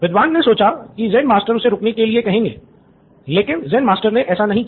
विद्वान ने सोचा कि ज़ेन मास्टर उसे रुकने के लिए कहेंगे लेकिन ज़ेन मास्टर ने ऐसा नहीं किया